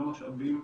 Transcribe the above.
לא במשאבים,